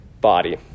body